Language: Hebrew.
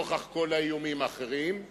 נוכח כל האיומים האחרים,